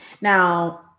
Now